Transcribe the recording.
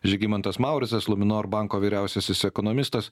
žygimantas mauricas luminor banko vyriausiasis ekonomistas